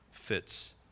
Fits